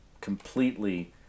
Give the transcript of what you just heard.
completely